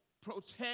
protect